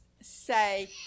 say